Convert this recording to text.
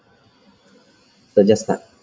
so just start